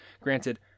Granted